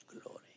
glory